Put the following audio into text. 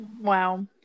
Wow